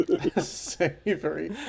Savory